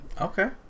Okay